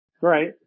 right